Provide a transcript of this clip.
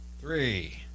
Three